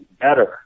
better